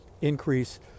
increase